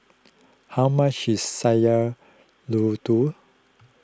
how much is Sayur Lodeh